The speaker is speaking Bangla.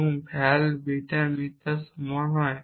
এবং val বিটা মিথ্যার সমান হয়